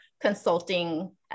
consulting